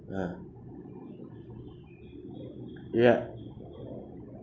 ah ya